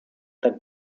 tak